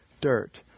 dirt